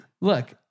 look